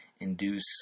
induce